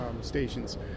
stations